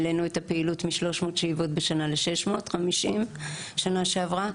העלנו את הפעילות מ-300 שאיבות בשנה ל-650 בשנה שעברה.